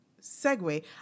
segue